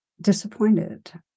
disappointed